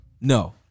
No